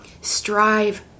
strive